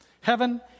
Heaven